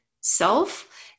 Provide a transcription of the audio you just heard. self